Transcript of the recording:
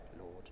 Lord